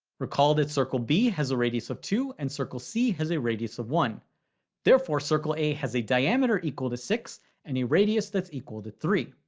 recall that circle b has a radius of two and circle c has a radius of one therefore, circle a has a diameter equal to six and a radius that's equal to three.